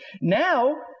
Now